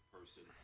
person